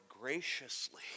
graciously